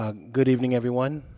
ah good evening everyone.